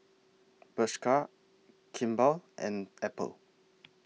Bershka Kimball and Apple